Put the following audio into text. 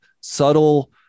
subtle